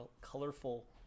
colorful